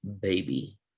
baby